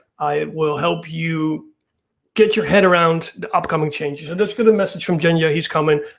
i will help you get your head around the upcoming changes. i've just got a message from janke, ah he's coming.